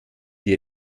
die